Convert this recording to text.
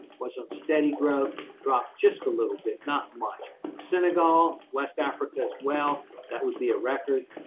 was once steady growth, dropped just a little bit, not much. senegal, west africa as well, that would be a record.